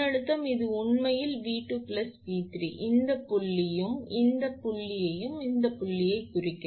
ஏனென்றால் இந்த புள்ளியும் இந்த புள்ளியும் இந்த புள்ளியையும் இந்த புள்ளியையும் குறிக்கிறது அதாவது 𝑉2 𝑉3 அதாவது 𝑉2 𝑉3 மின்னழுத்தம்